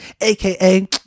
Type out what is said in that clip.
AKA